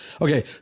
Okay